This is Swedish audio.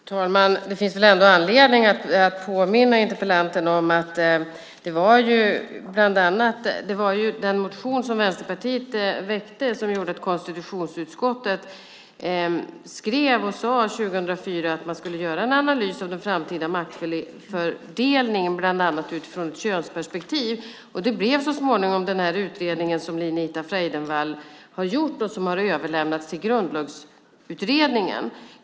Fru talman! Det finns väl ändå anledning att påminna interpellanten om att det var den motion som Vänsterpartiet väckte som gjorde att konstitutionsutskottet år 2004 skrev att man skulle göra en analys av den framtida maktfördelningen bland annat utifrån ett könsperspektiv. Det blev så småningom den utredning som Lenita Freidenvall har gjort och som har överlämnats till Grundlagsutredningen.